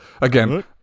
Again